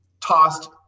tossed